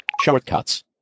Shortcuts